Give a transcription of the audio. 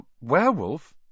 werewolf